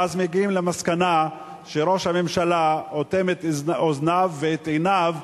ואז מגיעים למסקנה שראש הממשלה אוטם את אוזניו ואת עיניו,